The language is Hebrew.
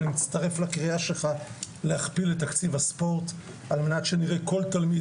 אני מצטרף לקריאה שלך להכפיל את תקציב הספורט על מנת שנראה כל תלמיד,